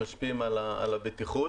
שמשפיעים על הבטיחות,